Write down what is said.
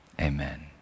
amen